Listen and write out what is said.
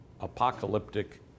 apocalyptic